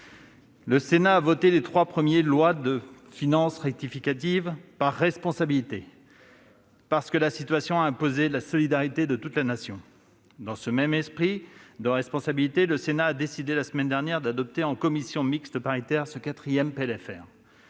Le Sénat a voté les trois premiers projets de loi de finances rectificative par responsabilité, parce que la situation imposait la solidarité de toute la Nation. Dans ce même esprit de responsabilité, le Sénat a décidé, la semaine dernière, en commission mixte paritaire, d'adopter ce quatrième PLFR,